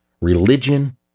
Religion